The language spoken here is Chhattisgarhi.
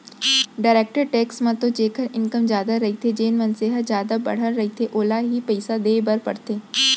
डायरेक्ट टेक्स म तो जेखर इनकम जादा रहिथे जेन मनसे ह जादा बड़हर रहिथे ओला ही पइसा देय बर परथे